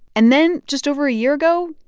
and then, just over a year ago,